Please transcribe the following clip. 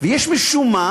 וכאן יש משום-מה